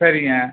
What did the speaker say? சரிங்க